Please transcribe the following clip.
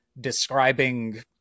describing